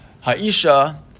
Ha'isha